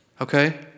okay